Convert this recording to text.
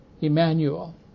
Emmanuel